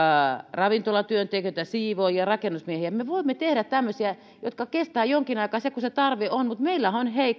ravintolatyöntekijöitä ja siivoojia ja rakennusmiehiä me me voimme tehdä tämmöisiä jotka kestävät jonkin aikaa kun se tarve on mutta meillähän on hei